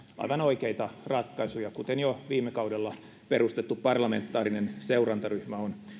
aivan oikeita ratkaisuja kuten jo viime kaudella perustettu parlamentaarinen seurantaryhmä on